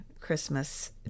Christmas